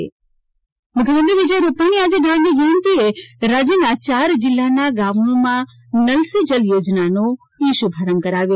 નળ સે જલ રૂપાણી મુખ્યમંત્રી વિજય રૂપાણીએ આજે ગાંધી જયંતિએ રાજયના ચાર જીલ્લાના ગામોમાં નળ સે જલ યોજનાનો ઇ શુભારંભ કરાવ્યો